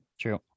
True